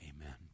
Amen